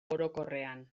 orokorrean